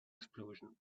explosion